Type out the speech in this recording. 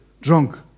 drunk